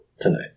tonight